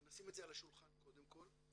ונשים את זה על השולחן קודם כל,